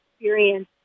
experience